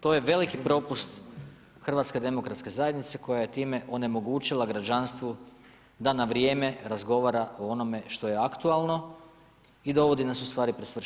To je veliki propust HDZ-a koja je time onemogućila građanstvu, da na vrijeme razgovara o onome što je aktualno i dovodi nas ustvari pred svršen čin.